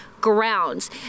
grounds